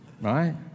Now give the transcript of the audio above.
right